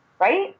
Right